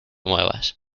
muevas